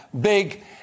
big